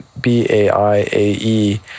B-A-I-A-E